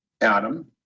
Adam